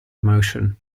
emotion